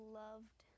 loved